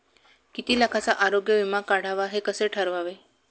किती लाखाचा आरोग्य विमा काढावा हे कसे ठरवावे?